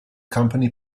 company